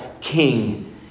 king